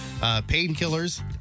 Painkillers